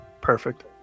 Perfect